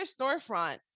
storefront